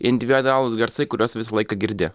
indiviadualūs garsai kuriuos visą laiką girdi